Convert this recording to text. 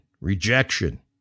rejection